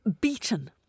beaten